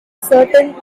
certain